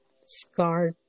Scar